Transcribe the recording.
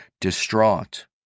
distraught